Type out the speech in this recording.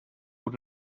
moet